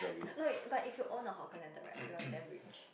no but if you own a hawker centre right you are damn rich